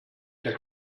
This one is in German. der